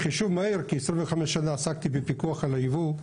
מחישוב מהיר כ-25 שנה עסקתי בפיקוח על הייבוא.